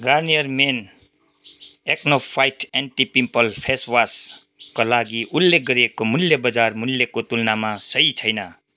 Garnier men acno fight anti pimple फेसवासका लागि उल्लेख गरिएको मूल्य बजार मूल्यको तुलनामा सही छैन